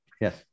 Yes